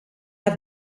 have